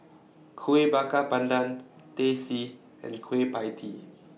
Kuih Bakar Pandan Teh C and Kueh PIE Tee